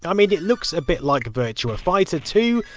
i mean, it looks a bit like virtua fighter two,